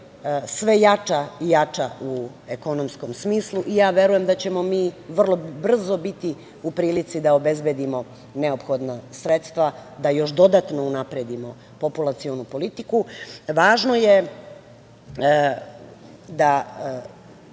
sve jača i jača u ekonomskom smislu i ja verujem da ćemo mi vrlo brzo biti u prilici da obezbedimo neophodna sredstva da još dodatno unapredimo populacionu politiku. Važno je da